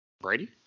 Brady